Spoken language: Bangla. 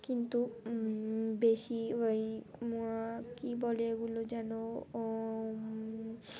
কিন্তু বেশি ওই কী বলে এগুলো যেন